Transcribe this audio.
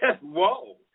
Whoa